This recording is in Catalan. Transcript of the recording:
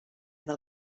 del